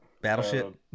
battleship